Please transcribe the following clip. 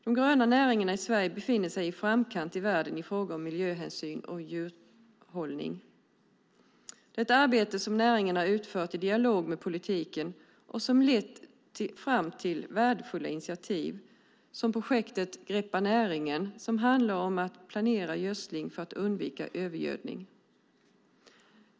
De gröna näringarna i Sverige befinner sig i framkant i världen i fråga om miljöhänsyn och djurhållning. Det är ett arbete som näringarna utfört i dialog med politiken och som lett fram till värdefulla initiativ som projektet Greppa näringen som handlar om att planera gödsling för att undvika övergödning.